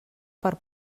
per